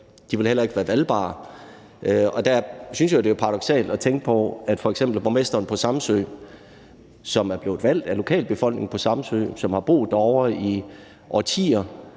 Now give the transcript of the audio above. de vil heller ikke være valgbare. Det synes jeg jo er paradoksalt, når man tænker på f.eks. borgmesteren på Samsø, som blev valgt af lokalbefolkningen på Samsø, som har boet derovre i årtier,